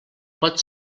pot